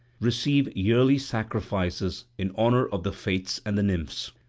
receive yearly sacrifices in honour of the fates and the nymphs.